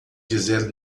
dizer